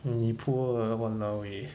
你 poor lah !walao! eh